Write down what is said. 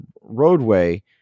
roadway